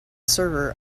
server